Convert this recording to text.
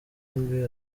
bombi